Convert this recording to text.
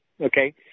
okay